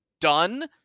done